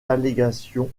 allégations